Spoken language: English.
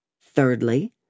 Thirdly